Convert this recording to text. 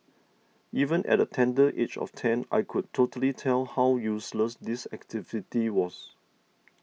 even at the tender age of ten I could totally tell how useless this activity was